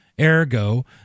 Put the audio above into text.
Ergo